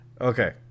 Okay